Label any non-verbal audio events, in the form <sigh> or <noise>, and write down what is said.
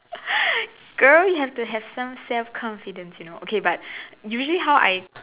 <laughs> girl you have to have some self confidence you know okay but usually how I